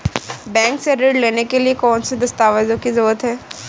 Bank से ऋण लेने के लिए कौन से दस्तावेज की जरूरत है?